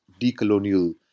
decolonial